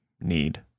need